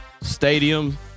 stadium